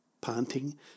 Panting